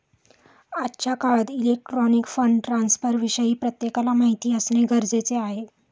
आजच्या काळात electronic fund ट्रान्स्फरविषयी प्रत्येकाला माहिती असणे गरजेचे आहे